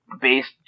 based